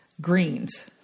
greens